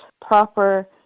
proper